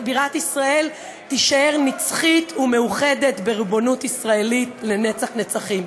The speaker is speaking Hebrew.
בירת ישראל תישאר נצחית ומאוחדת בריבונות ישראלית לנצח-נצחים.